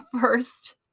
first